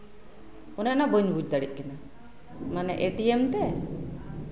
ᱚᱱᱮ ᱚᱱᱟ ᱵᱟᱹᱧ ᱵᱩᱡ ᱫᱟᱲᱮᱭᱟᱜ ᱠᱟᱱᱟ ᱮ ᱴᱤ ᱮᱢᱛᱮ